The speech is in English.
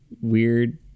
weird